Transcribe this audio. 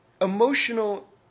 emotional